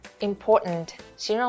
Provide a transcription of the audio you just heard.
important